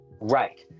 Right